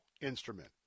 instrument